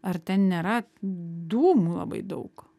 ar ten nėra dūmų labai daug